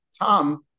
Tom